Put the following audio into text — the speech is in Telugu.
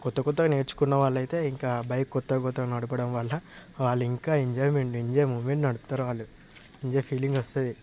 కొత్త కొత్త నేర్చుకున్న వాళ్ళు అయితే ఇంకా బైక్ కొత్త కొత్త నడపడం వల్ల వాళ్ళు ఇంకా ఎంజాయ్ మెంట్ని ఎంజాయ్ మూమెంట్ని నడుపుతారు వాళ్లు ఎంజాయ్ ఫీలింగ్ వస్తది